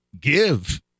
give